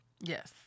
Yes